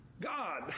God